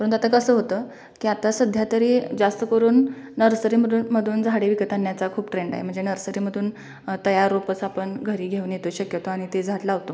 परंतु आता कसं होतं की आता सध्या तरी जास्तकरून नर्सरीमडून मधून झाडे विकत आणण्याचा खूप ट्रेंड आहे म्हणजे नर्सरीमधून तयार रोपच आपण घरी घेऊन येतो शक्यतो आणि ते झाड लावतो